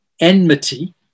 Enmity